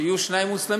שיהיו שני מוסלמים,